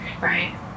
right